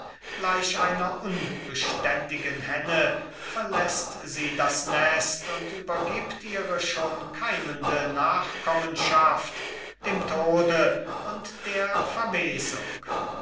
gleich einer unbeständigen henne verläßt sie das nest und übergibt ihre schon keimende nachkommenschaft dem tode und der verwesung